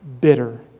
bitter